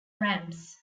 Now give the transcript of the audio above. ramps